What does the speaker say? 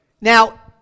Now